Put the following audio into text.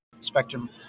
Spectrum